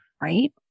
right